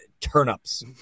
turnips